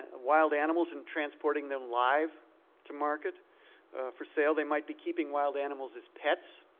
ah wild animals and transporting them live to market for sale. they might be keeping wild animals as pets.